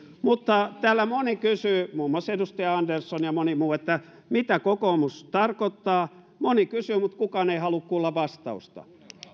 täällä moni kysyi muun muassa edustaja andersson ja moni muu mitä kokoomus tarkoittaa moni kysyy mutta kukaan ei halua kuulla vastausta